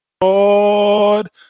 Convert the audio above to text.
Lord